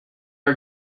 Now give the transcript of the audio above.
are